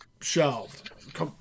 shelved